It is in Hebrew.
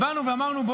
באנו ואמרנו,